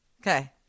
Okay